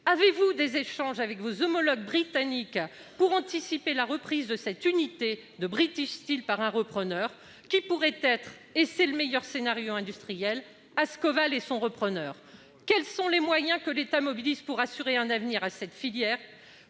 Avez-vous des échanges avec vos homologues britanniques pour anticiper la reprise de cette unité de British Steel par un repreneur qui pourrait être- ce qui serait le meilleur scénario industriel -Ascoval et son repreneur ? Quels moyens l'État mobilise-t-il pour assurer un avenir à cette filière ?